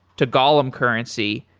to gollum currency,